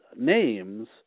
names